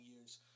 years